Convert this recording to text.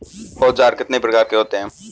औज़ार कितने प्रकार के होते हैं?